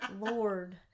Lord